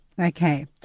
Okay